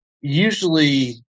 usually